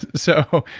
so,